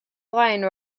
lion